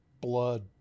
blood